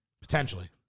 Potentially